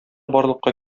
барлыкка